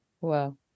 Wow